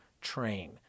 train